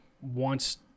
wants